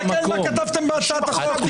תסתכל מה כתבתם בהצעת החוק שלך.